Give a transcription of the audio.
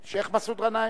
השיח' מסעוד גנאים?